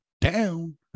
down